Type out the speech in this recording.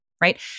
right